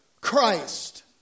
Christ